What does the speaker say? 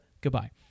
goodbye